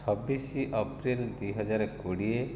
ଛବିଶ ଅପ୍ରିଲ ଦୁଇହଜାର କୋଡ଼ିଏ